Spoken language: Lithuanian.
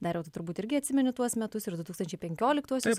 dariau tu turbūt irgi atsimeni tuos metus ir du tūkstančiai penkioliktuosius